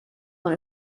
dans